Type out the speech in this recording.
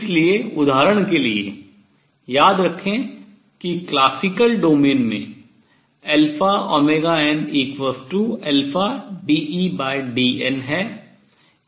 इसलिए उदाहरण के लिए याद रखें कि classical domain शास्त्रीय डोमेन में αωnαdEdn है